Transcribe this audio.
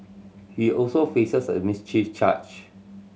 he also faces a mischief charge